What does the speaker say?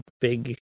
big